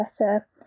better